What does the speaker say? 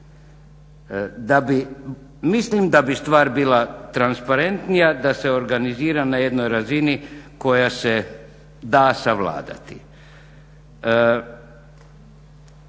Mislim da bi stvar bila transparentnija da se organizira na jednoj razini koja se da savladati.